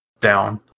down